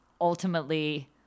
ultimately –